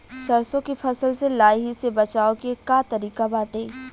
सरसो के फसल से लाही से बचाव के का तरीका बाटे?